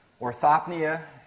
Orthopnea